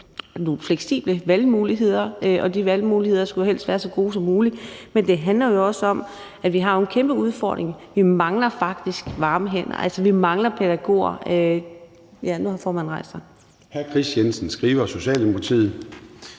nogle fleksible valgmuligheder, og de valgmuligheder skulle jo helst være så gode som muligt. Men det handler også om, at vi har en kæmpe udfordring. Vi mangler faktisk varme hænder. Altså, vi mangler pædagoger. Og nu har formanden rejst sig. Kl. 18:41 Formanden (Søren Gade): Hr.